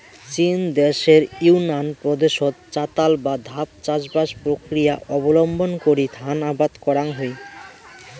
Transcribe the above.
চীন দ্যাশের ইউনান প্রদেশত চাতাল বা ধাপ চাষবাস প্রক্রিয়া অবলম্বন করি ধান আবাদ করাং হই